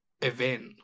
Event